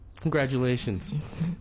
Congratulations